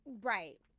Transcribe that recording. right